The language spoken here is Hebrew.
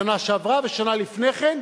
השנה שעברה ושנה לפני כן,